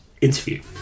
interview